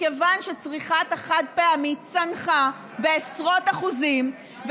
מכיוון שצריכת החד-פעמי צנחה בעשרות אחוזים,